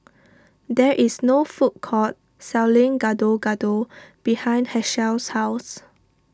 there is a food court selling Gado Gado behind Hershel's house